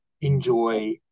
enjoy